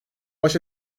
baş